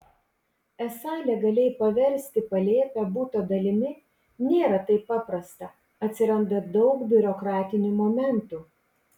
esą legaliai paversti palėpę buto dalimi nėra taip paprasta atsiranda daug biurokratinių momentų